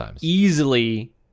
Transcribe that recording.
easily